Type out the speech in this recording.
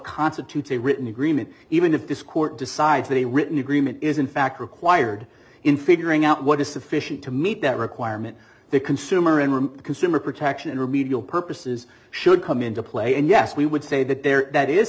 constitutes a written agreement even if this court decides that a written agreement is in fact required in figuring out what is sufficient to meet that requirement the consumer and the consumer protection and remedial purposes should come into play and yes we would say that there that is